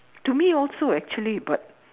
to me also actually but